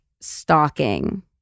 stalking